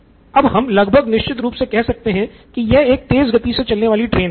तो अब हम लगभग निश्चित रूप से कह सकते हैं की यह एक तेज़ गति से चलने वाली ट्रेन है